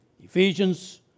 Ephesians